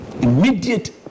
immediate